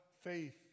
faith